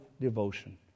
devotion